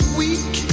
weak